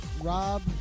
Rob